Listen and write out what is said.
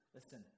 Listen